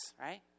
right